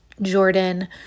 Jordan